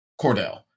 Cordell